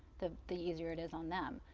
the the easier it is on them.